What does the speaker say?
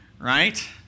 right